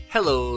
Hello